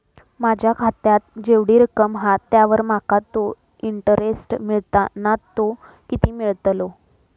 माझ्या खात्यात जेवढी रक्कम हा त्यावर माका तो इंटरेस्ट मिळता ना तो किती मिळतलो?